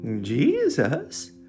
Jesus